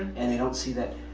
and they don't see that,